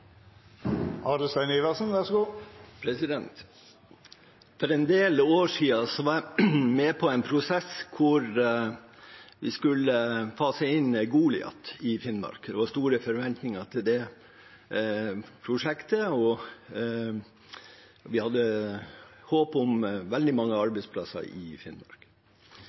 For en del år siden var jeg med på en prosess hvor vi skulle fase inn Goliat i Finnmark. Det var store forventninger til det prosjektet, og vi hadde håp om veldig mange arbeidsplasser i Finnmark.